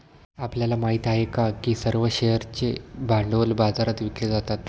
आपल्याला माहित आहे का की सर्व शेअर्सचे भांडवल बाजारात विकले जातात?